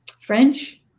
French